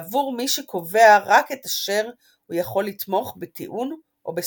ועבור מי שקובע רק את אשר הוא יכול לתמוך בטיעון או בסמכות".